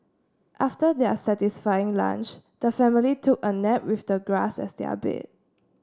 after their satisfying lunch the family took a nap with the grass as their bed